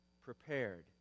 prepared